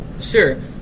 Sure